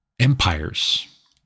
empires